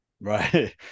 Right